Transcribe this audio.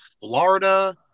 Florida